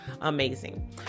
amazing